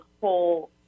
whole